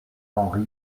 henri